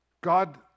God